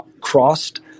crossed